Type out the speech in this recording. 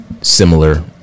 similar